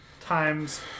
times